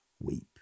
weep